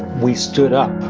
we stood up